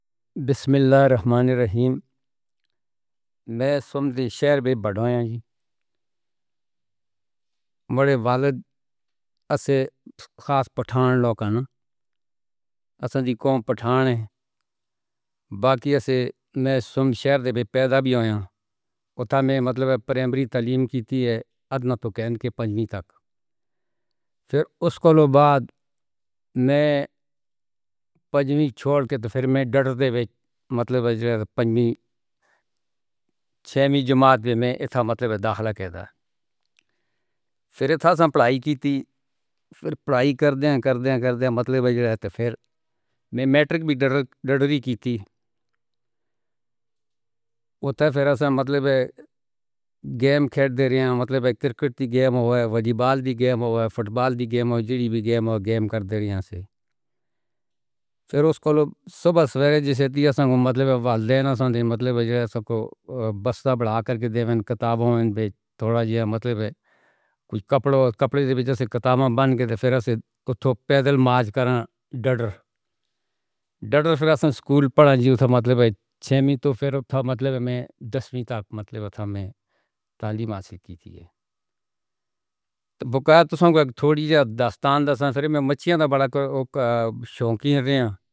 بِسْمِ اللّٰهِ الرَّحْمٰنِ الرَّحِیْمِ میں سُم شیر پہ بڑھ رہا ہاں۔ مڑے والد۔ اسیں خاص پٹھان لوک نیں۔ اساں جی کوئی پٹھان ہیں۔ باقی تو میں صرف شہر وچ پیدا ہویا ہاں۔ اتھوں وچ مطلب پرائمری تعلیم کیتی ہے ادنیٰ توں کین کے پنجویں تک۔ فیر اوس دے بعد میں۔ پنجمی چھڈ کے تو فیر میں ڈر دے۔ او مطلب پنجمی۔ چھیویں جماعت وچ اتنا مطلب داخلہ کیتا سی۔ فیر اتھے پڑھائی کیتی سی۔ فیر پڑھائی کرتے نیں۔ کردے کردے مطلب اے تو فیر میں میٹرک وی ڈڈری کیتی سی۔ اُتھے فیرا توں مطلب کھیلدے رہے نیں۔ مطلب کرکٹ دی کھیل ہوئی اے۔ والی بال دی کھیل ہوئی اے۔ فٹ بال دی کھیل جیڈی وی کھیل ہوئی، کھیلدے رہے نیں۔ فیر اوس دے صبح سویرے جیسے کہ اس مطلب والدین نوں سن۔ مطلب جیسا کو بس وڈا کر کے دینا کتاباں وچ۔ تھوڑا زیادہ مطلب اے کجھ کپڑے۔ کپڑے توں جیسے کٹان بن گئی تو فیر اوتھوں پیدل مارچ کرن ڈڈر ڈڈر۔ فیر سکول پڑھانا مطلب چھیویں تو فیر مطلب میں دسویں تک مطلب میں تعلیم اصل کیتی سی۔ کتاب توں تھوڑی داستاں دس۔ میں مچھیاں دا وڈا شوکین رہیا ہاں۔